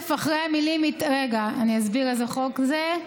אני אסביר איזה חוק זה.